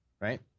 right